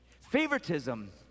Favoritism